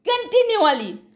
Continually